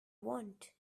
want